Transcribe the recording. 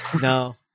No